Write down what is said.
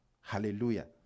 Hallelujah